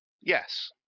Yes